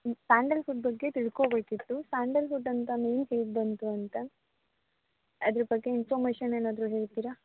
Sandalwood ಬಗ್ಗೆ ತಿಳ್ಕೊಳ್ಬೇಕಿತ್ತು Sandalwood ಅಂತ ನೇಮ್ ಹೇಗೆ ಬಂತು ಅಂತ ಅದ್ರ ಬಗ್ಗೆ ಇನ್ಫಾಮೇಷನ್ ಏನಾದರೂ ಹೇಳ್ತೀರಾ